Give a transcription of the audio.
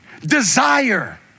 Desire